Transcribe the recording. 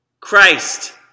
Christ